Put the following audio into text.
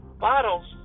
Bottles